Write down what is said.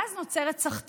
ואז נוצרת סחטנות,